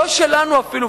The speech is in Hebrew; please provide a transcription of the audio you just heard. לא שלנו אפילו,